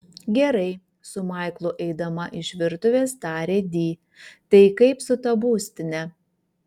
gerai su maiklu eidama iš virtuvės tarė di tai kaip su ta būstine